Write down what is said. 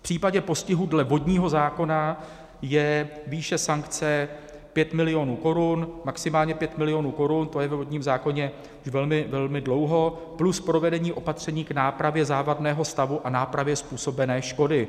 V případě postihu dle vodního zákona je výše sankce 5 milionů korun, maximálně 5 milionů korun, to je ve vodním zákoně už velmi, velmi dlouho, plus provedení opatření k nápravě závadného stavu a nápravě způsobené škody.